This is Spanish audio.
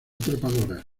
trepadoras